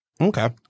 Okay